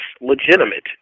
legitimate